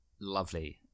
lovely